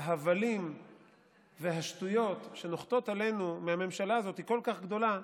ההבלים והשטויות שנוחתות עלינו מהממשלה הזאת היא כל כך גדולה,